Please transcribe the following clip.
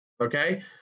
okay